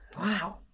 Wow